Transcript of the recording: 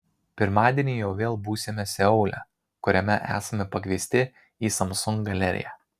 pirmadienį jau vėl būsime seule kuriame esame pakviesti į samsung galeriją